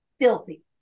filthy